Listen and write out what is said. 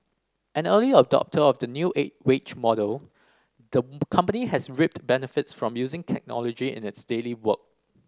an early adopter of the new wage model the company has reaped benefits from using technology in its daily work